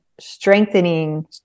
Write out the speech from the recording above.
strengthening